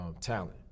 talent